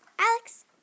Alex